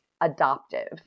adoptive